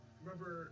remember